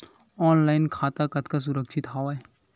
Online खाता कतका सुरक्षित हवय?